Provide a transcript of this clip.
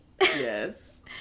Yes